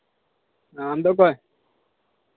ᱚᱻ ᱟᱢᱫᱚ ᱚᱠᱚᱭ